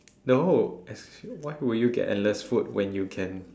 no why would you get endless food when you can